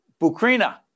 Bukrina